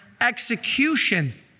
execution